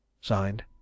Signed